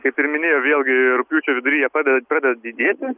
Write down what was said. kaip ir minėjo vėlgi rugpjūčio vidury jie pradeda pradėda didėti